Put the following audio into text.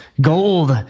gold